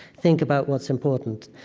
think about what's important.